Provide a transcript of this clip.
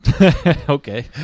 Okay